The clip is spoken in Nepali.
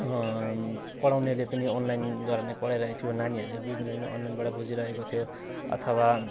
पढाउनेले पनि अनलाइनद्वारा नै पढाइरहेको थियो नानीहरूले बुझ्ने पनि अनलाइनबाट बुझिरहेको थियो अथवा